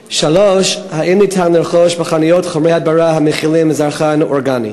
3. האם ניתן לרכוש בחנויות חומרי הדברה המכילים זרחן אורגני?